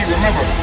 Remember